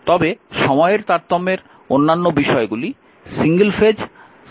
তবে সময়ের তারতম্যের অন্যান্য বিষয়গুলি সিঙ্গেল ফেজ সার্কিটের জন্য দেখতে পাওয়া যাবে